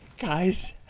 guys